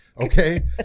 okay